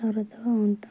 జాగ్రత్తగా ఉంటాం